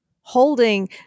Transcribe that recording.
holding